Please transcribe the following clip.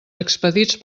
expedits